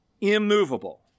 immovable